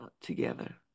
together